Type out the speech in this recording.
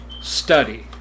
study